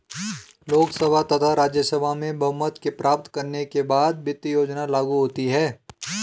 लोकसभा तथा राज्यसभा में बहुमत प्राप्त करने के बाद वित्त योजना लागू होती है